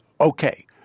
Okay